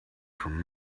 from